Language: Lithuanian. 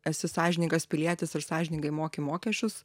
esi sąžiningas pilietis ar sąžiningai moki mokesčius